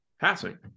passing